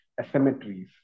asymmetries